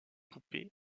poupée